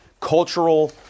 cultural